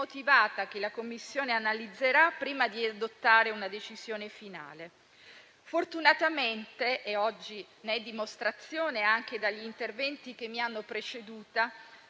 che la Commissione europea analizzerà prima di adottare una decisione finale. Fortunatamente - ne sono dimostrazione oggi gli interventi che mi hanno preceduta